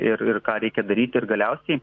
ir ir ką reikia daryti ir galiausiai